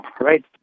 Right